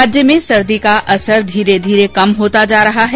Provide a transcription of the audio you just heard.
प्रदेश में सर्दी का असर शीरे शीरे कम होता जा रहा है